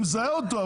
אני מזהה אותו,